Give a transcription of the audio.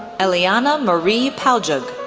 elianna maria paljug,